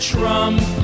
Trump